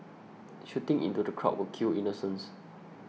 shooting into the crowd would kill innocents